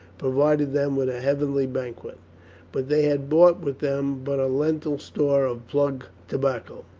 provided them with a heavenly banquet but they had brought with them but a lenten store of plug tobacca